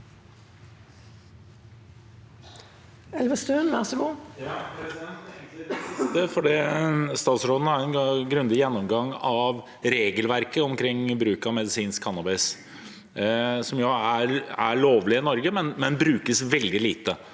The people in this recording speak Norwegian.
Statsråden har en grundig gjennomgang av regelverket omkring bruk av medisinsk cannabis, som jo er lovlig i Norge, men brukes veldig lite,